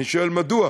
אני שואל: מדוע?